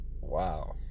wow